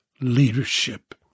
leadership